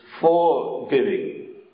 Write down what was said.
forgiving